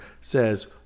Says